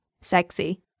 Sexy